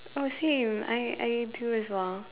oh same I I do as well